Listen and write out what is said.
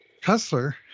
Kessler